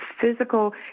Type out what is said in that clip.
physical –